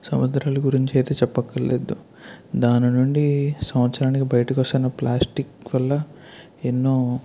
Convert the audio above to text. సముద్రాల గురించైతే చెప్పక్కర్లేదు దాని నుండీ సంవత్సరానికి బయటికొస్తున్న ప్లాస్టిక్ వల్ల ఎన్నో